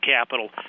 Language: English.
capital